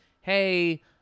hey